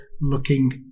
looking